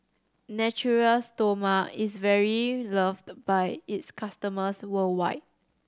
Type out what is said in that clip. Natura Stoma is very loved by its customers worldwide